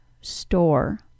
store